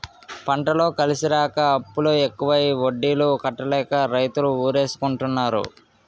పంటలు కలిసిరాక అప్పులు ఎక్కువై వడ్డీలు కట్టలేక రైతులు ఉరేసుకుంటన్నారు